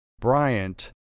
bryant